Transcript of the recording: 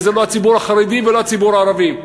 וזה לא הציבור החרדי ולא הציבור הערבי.